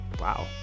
Wow